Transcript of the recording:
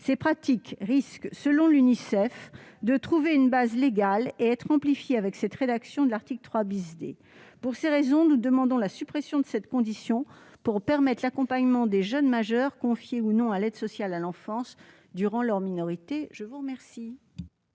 Ces pratiques risquent, selon l'Unicef, de trouver une base légale et d'être amplifiées avec cette rédaction de l'article 3 D. Pour ces raisons, nous demandons la suppression de cette condition afin de permettre l'accompagnement des jeunes majeurs confiés ou non à l'aide sociale à l'enfance durant leur minorité. La parole